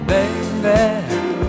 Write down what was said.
Baby